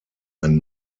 ein